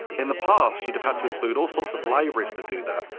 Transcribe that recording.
in the past, you'd have had to include all sorts of libraries to do that.